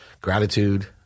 Gratitude